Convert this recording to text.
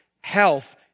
health